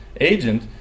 agent